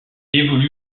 évolue